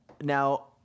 now